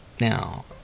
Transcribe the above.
Now